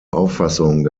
auffassung